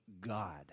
God